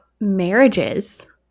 marriages